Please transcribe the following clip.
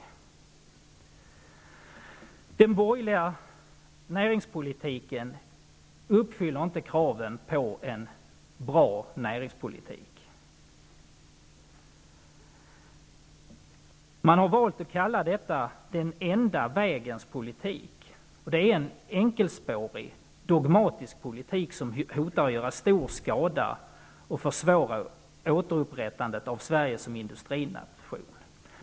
Den borgerliga näringspolitiken uppfyller inte kraven på en bra näringspolitik. Man har valt att kalla detta ''den enda vägens politik''. Det är en enkelspårig, dogmatisk politik, som hotar att göra stor skada och försvåra återupprättandet av Sverige som industrination.